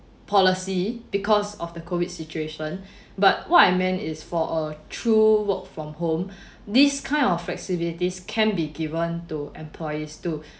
policy because of the COVID situation but what I meant is for a through work from home these kind of flexibilities can be given to employees to